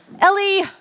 Ellie